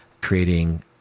creating